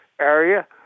area